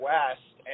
West